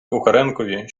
кухаренкові